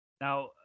now